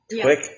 Quick